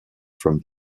from